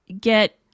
get